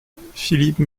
philippe